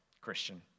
Christian